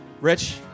Rich